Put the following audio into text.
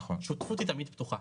שותפות היא תמיד פתוחה,